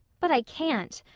but i can't.